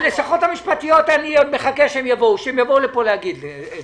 הלשכות המשפטיות אני מחכה שהם יבואו לפה להגיד את זה.